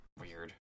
Weird